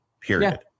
period